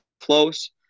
close